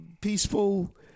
peaceful